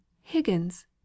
higgins